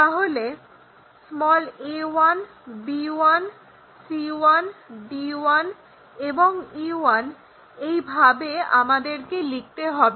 তাহলে a1 b1 c1 d1 এবং e1 এইভাবে আমাদেরকে লিখতে হবে